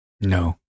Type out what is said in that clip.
no